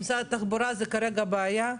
משרד התחבורה זה כרגע בעיה?